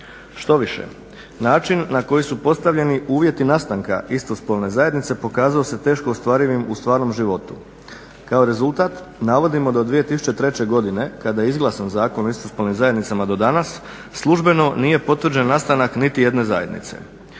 Štoviše, način na koji su postavljeni uvjeti nastanka istospolne zajednice pokazao se teško ostvarivim u stvarnom životu. Kao rezultat navodimo da od 2003. godine kada je izglasan Zakon o istospolnim zajednicama do danas službeno nije potvrđen nastanak niti jedne zajednice.